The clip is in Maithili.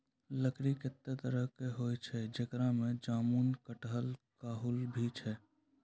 लकड़ी कत्ते तरह केरो होय छै, जेकरा में जामुन, कटहल, काहुल भी छै